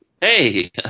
Hey